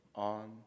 On